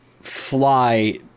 fly